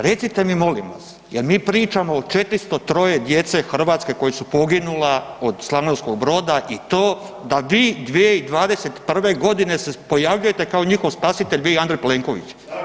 Recite mi molim vas, jel mi pričamo o 403 djece hrvatske koja su poginula od Slavonskog Broda i to da vi 2021. g. se pojavljujete kao njihov spasitelj, vi i A. Plenković?